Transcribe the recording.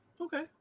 Okay